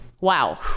wow